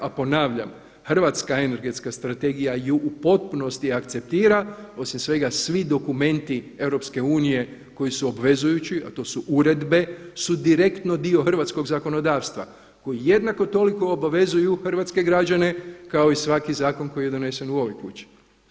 A ponavljam, hrvatska energetska strategija je u potpunosti akceptira, osim sve svi dokumenti EU koji su obvezujući a to su uredbe su direktno dio hrvatskog zakonodavstva koji jednako toliko obavezuju hrvatske građane kao i svaki zakon koji je donesen u ovoj kući.